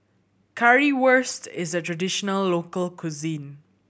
currywurst is a traditional local cuisine